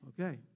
Okay